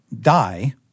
die